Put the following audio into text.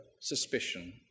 suspicion